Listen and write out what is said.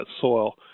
soil